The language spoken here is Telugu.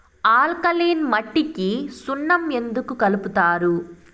ఆల్కలీన్ మట్టికి సున్నం ఎందుకు కలుపుతారు